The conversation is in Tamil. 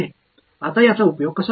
இப்போது அதை எவ்வாறு பயன்படுத்துவது